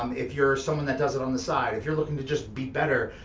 um if you're someone that does it on the side, if you're looking to just be better,